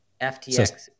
FTX